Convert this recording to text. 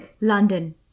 London